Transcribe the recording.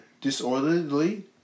disorderly